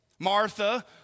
Martha